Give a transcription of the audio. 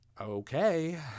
Okay